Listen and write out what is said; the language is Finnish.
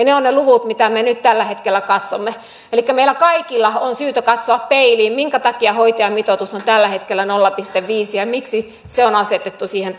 ne ovat ne luvut mitä me nyt tällä hetkellä katsomme elikkä meillä kaikilla on syytä katsoa peiliin minkä takia hoitajamitoitus on tällä hetkellä nolla pilkku viisi ja miksi se on asetettu siihen